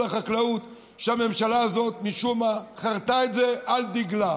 החקלאות שהממשלה הזאת משום מה חרתה על דגלה.